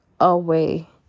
away